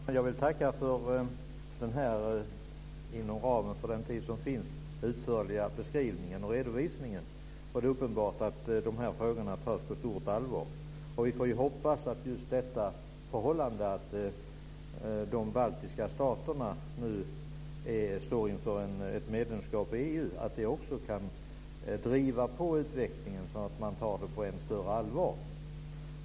Fru talman! Jag vill tacka för den, inom ramen för den tid som finns, utförliga beskrivningen och redovisningen. Det är uppenbart att dessa frågor tas på stort allvar. Vi får hoppas att just förhållandet att de baltiska staterna står inför ett medlemskap i EU kan driva på utvecklingen så att frågorna tas på än större allvar.